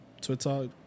Twitter